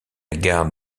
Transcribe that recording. gare